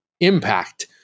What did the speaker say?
impact